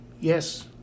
yes